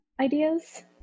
ideas